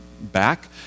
back